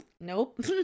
nope